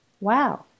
wow